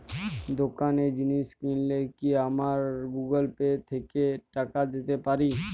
দোকানে জিনিস কিনলে কি আমার গুগল পে থেকে টাকা দিতে পারি?